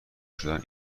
شدن